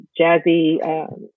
Jazzy